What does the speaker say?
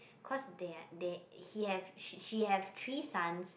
cause they are they he have she she have three sons